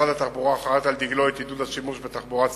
משרד התחבורה חרת על דגלו את עידוד השימוש בתחבורה הציבורית.